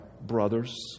brothers